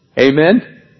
Amen